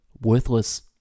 worthless